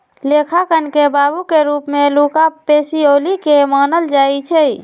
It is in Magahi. लेखांकन के बाबू के रूप में लुका पैसिओली के मानल जाइ छइ